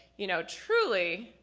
you know, truly,